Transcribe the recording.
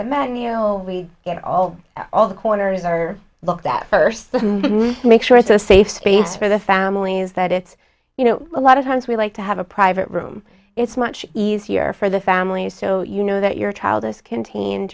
the menu we get all all the corners are looked at first to make sure it's a safe space for the families that it's you know a lot of times we like to have a private room it's much easier for the family so you know that your child is contained